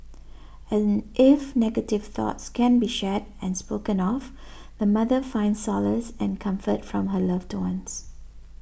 and if negative thoughts can be shared and spoken of the mother finds solace and comfort from her loved ones